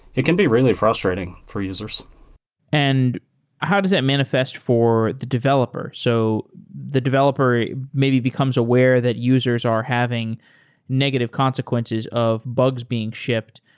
it can be really frustrating for users and how does it manifest for the developer? so the developer maybe becomes aware that users are having negative consequences of bugs being shipped.